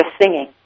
singing